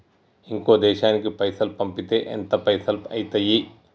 ఇంకో దేశానికి పైసల్ పంపితే ఎంత పైసలు అయితయి?